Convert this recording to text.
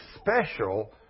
special